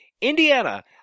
Indiana